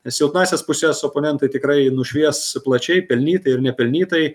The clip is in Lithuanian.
silpnąsias puses oponentai tikrai nušvies plačiai pelnytai ir nepelnytai